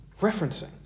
referencing